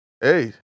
Hey